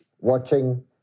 watching